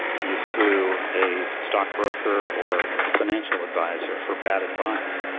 you sue a stockbroker or a financial adviser for bad advice.